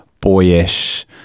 boyish